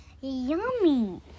Yummy